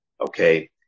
okay